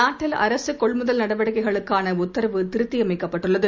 நாட்டில் அரசுகொள்முதல் நடவடிக்கைகளுக்கானஉத்தரவு திருத்தியமைக்கப்பட்டுள்ளது